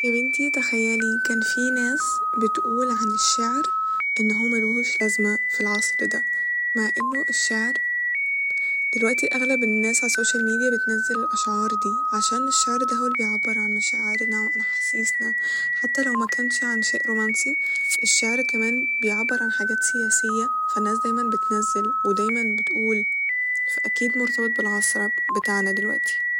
يا بنتي تخيلي كان في ناس بتقول عن الشعر ان هو ملهوش لازمة ف العصر ده مع انه الشعر دلوقتي أغلب الناس ع السوشيال ميديا بتنزل الأشعار دي عشان الشعر ده هو اللي بيعبر عن مشاعرنا وعن أحاسيسنا ، حتى لو مكنش عن شئ رومانسي ، الشعر كمان بيعبر عن حاجات سياسية فناس دايما بتنزل ودايما بتقول فأكيد مرتبط بالعصر ع- بتاعنا دلوقتي